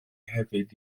hefyd